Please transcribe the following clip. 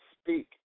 speak